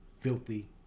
filthy